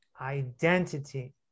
identity